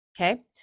okay